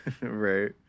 right